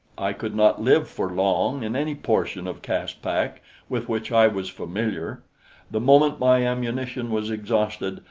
i could not live for long in any portion of caspak with which i was familiar the moment my ammunition was exhausted,